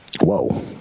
Whoa